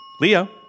Leo